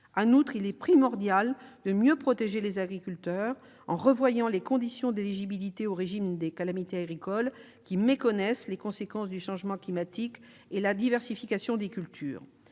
En outre, il est primordial de mieux protéger les agriculteurs en revoyant les conditions d'éligibilité au régime des calamités agricoles, qui aujourd'hui méconnaissent les conséquences du changement climatique et la diversification des cultures.